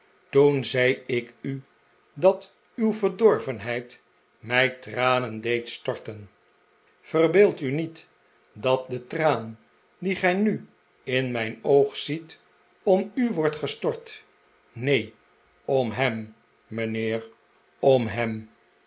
toen zei ik u dat uw verdorvenheid mij tranen deed storten verbeeld u niet dat de traan die gij nu in mijn oog ziet om u wordt gestort neen om hem mijnheer om hem